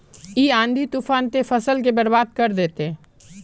इ आँधी तूफान ते फसल के बर्बाद कर देते?